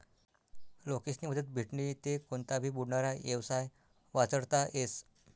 लोकेस्नी मदत भेटनी ते कोनता भी बुडनारा येवसाय वाचडता येस